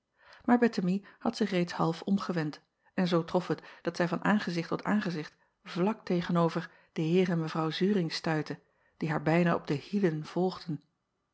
aar ettemie had zich reeds half omgewend en zoo trof het dat zij van aangezicht tot aangezicht vlak tegen-over den eer en evrouw uring stuitte die haar bijna op de hielen volgden